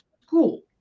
school